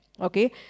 Okay